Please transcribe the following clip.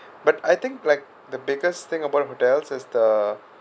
but I think like the biggest thing about hotel is the